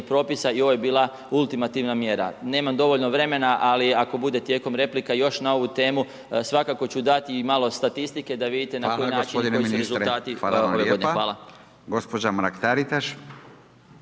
propisa i ovo je bila ultimativna mjera. Nemam dovoljno vremena, ali ako bude tijekom replika još na ovu temu, svakako ću dati i malo statistike da vidite na koji način .../Govornici govore istovremeno, ne razumije se./... Hvala vam lijepo, hvala.